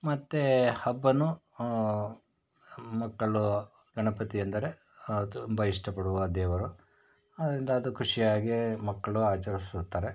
ಮತ್ತು ಹಬ್ಬನೂ ಮಕ್ಕಳು ಗಣಪತಿ ಎಂದರೆ ತುಂಬ ಇಷ್ಟಪಡುವ ದೇವರು ಆದ್ದರಿಂದ ಅದು ಖುಷಿಯಾಗೇ ಮಕ್ಕಳು ಆಚರಿಸುತ್ತಾರೆ